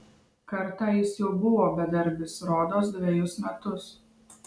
kartą jis jau buvo bedarbis rodos dvejus metus